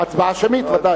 הצבעה שמית, בוודאי.